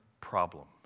problem